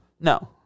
No